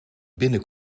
binnen